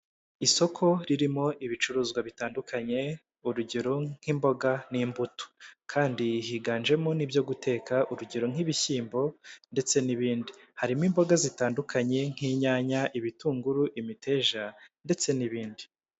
Isoko ririmo ibicuruzwa bitandukanye urugero nk'imboga n'imbuto kandi higanjemo nibyo guteka urugero nk'ibishyimbo ndetse n'ibindi harimo imboga zitandukanye nk'inyanya, ibitunguru, imiteja ndetse n'ibindi.......